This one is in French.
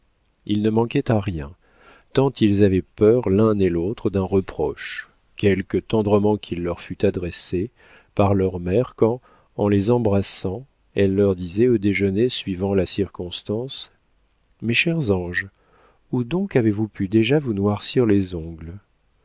ils ne manquaient à rien tant ils avaient peur l'un et l'autre d'un reproche quelque tendrement qu'il leur fût adressé par leur mère quand en les embrassant elle leur disait au déjeuner suivant la circonstance mes chers anges où donc avez-vous pu déjà vous noircir les ongles